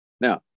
Now